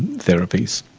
therapies.